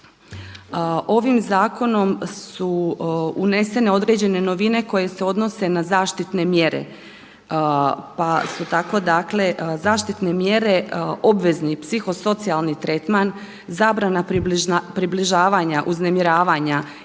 Ovim zakonom su unesene određene novine koje se odnose na zaštitne mjere, pa su dakle zaštitne mjere obvezni psihosocijalni tretman, zabrana približavanja, uznemiravanja